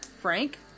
Frank